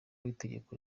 w’itegeko